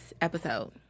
episode